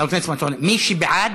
חבר הכנסת: מי שבעד,